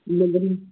नगरम्